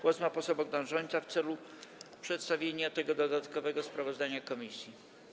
Głos ma poseł Bogdan Rzońca w celu przedstawienia dodatkowego sprawozdania komisji.